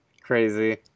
Crazy